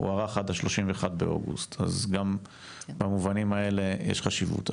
הוארך עד ה-31 באוגוסט 2023. אז גם למובנים האלו יש חשיבות.